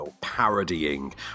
parodying